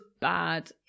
bad